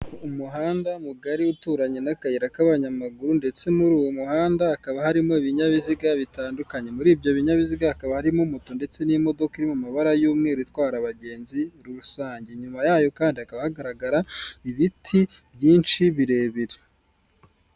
Umuhanda mugari uturanye n'akayira k'abanyamaguru ndetse muri uwo muhanda hakaba harimo ibinyabiziga bitandukanye, muri ibyo binyabiziga hakaba harimo moto ndetse n'imodoka iri mu mabara y'umweru itwara abagenzi rusange, inyuma yayo kandi hakaba hagaragara ibiti byinshi birebire.